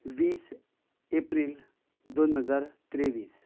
वीस एप्रील दोन हजार तेव्वीस